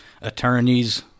attorneys